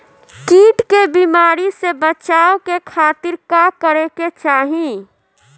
कीट के बीमारी से बचाव के खातिर का करे के चाही?